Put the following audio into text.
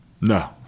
No